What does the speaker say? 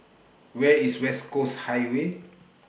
Where IS West Coast Highway